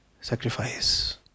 sacrifice